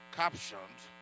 captioned